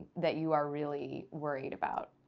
that you are really worried about?